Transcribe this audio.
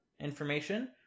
information